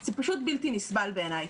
זה פשוט בלתי נסבל בעיניי.